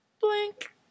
blink